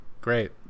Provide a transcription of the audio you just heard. great